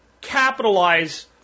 capitalize